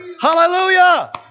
Hallelujah